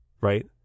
Right